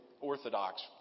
Orthodox